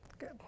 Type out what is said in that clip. Good